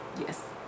yes